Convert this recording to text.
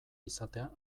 izatea